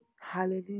Hallelujah